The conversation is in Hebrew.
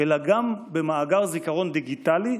אלא גם במאגר זיכרון דיגיטלי,